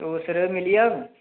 sir ओह् मिली जाह्ग